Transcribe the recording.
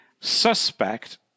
suspect